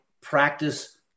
practice